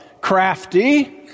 crafty